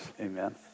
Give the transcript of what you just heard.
amen